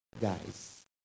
guys